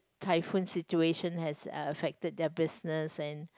typhoon situation has affected their business and